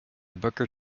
booker